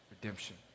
redemption